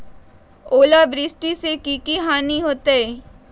ओलावृष्टि से की की हानि होतै?